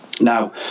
Now